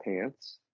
pants